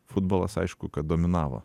futbolas aišku kad dominavo